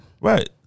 Right